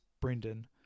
Brendan